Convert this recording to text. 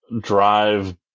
drive